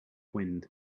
wind